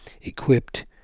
equipped